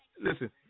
Listen